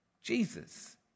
Jesus